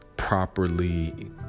properly